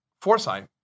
foresight